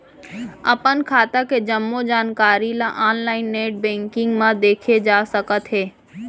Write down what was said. अपन खाता के जम्मो जानकारी ल ऑनलाइन नेट बैंकिंग म देखे जा सकत हे